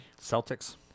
Celtics